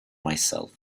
myself